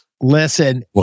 Listen